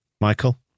Michael